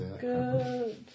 Good